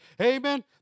amen